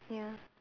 ya